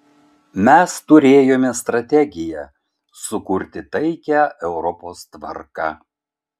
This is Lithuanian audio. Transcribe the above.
mes turėjome strategiją sukurti taikią europos tvarką